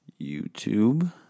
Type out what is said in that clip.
YouTube